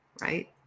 right